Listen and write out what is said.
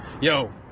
yo